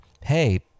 Hey